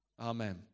Amen